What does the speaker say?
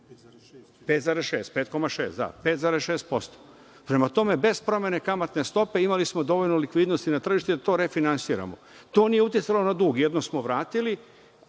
banke, 5,6%. Prema tome, bez promene kamatne stope imali smo dovoljno likvidnosti na tržištu da to refinansiramo. To nije uticalo na dug. Jedno smo vratili,